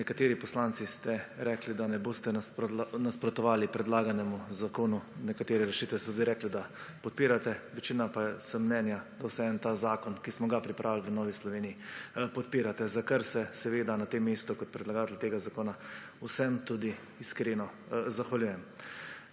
Nekateri poslanci ste rekli, da ne boste nasprotovali predlaganemu zakonu, ker nekatere rešitve podpirate. Večina pa je mnenja, da zakon, ki smo ga pripravili v Novi Sloveniji, podpirate, za kar se na tem mestu kot predlagatelj tega zakona vsem tudi iskreno zahvaljujem.